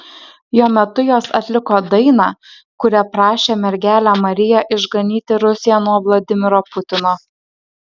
jo metu jos atliko dainą kuria prašė mergelę mariją išganyti rusiją nuo vladimiro putino